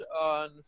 on